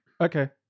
Okay